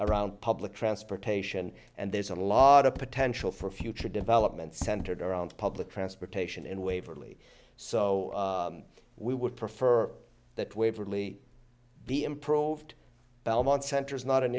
around public transportation and there's a lot of potential for future development centered around public transportation in waverly so we would prefer that waverly be improved belmont center is not an